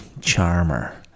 charmer